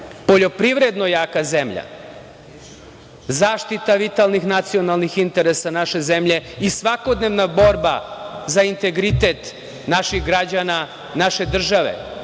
poljoprivredno jaka zemlja, zaštita vitalnih nacionalnih interesa naše zemlje i svakodnevna borba za integritet naših građana, naše države,